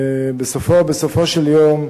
בסופו של יום,